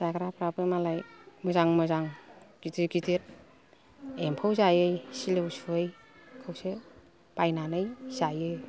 जाग्राफ्राबो मालाय मोजां मोजां गिदिर गिदिर एम्फौ जायै सिलौ सुयै खौसो बायनानै जायो